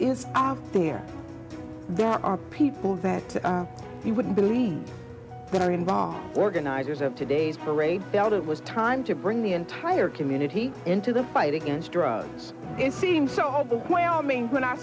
is there there are people that he wouldn't believe that are involved organizers of today's parade that it was time to bring the entire community into the fight against drugs it seemed so overwhelming when i